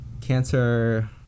cancer